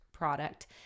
product